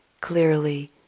clearly